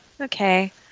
okay